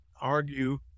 argue